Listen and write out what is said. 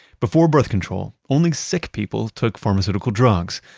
before birth control, only sick people took pharmaceutical drugs.